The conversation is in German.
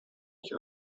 ich